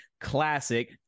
classic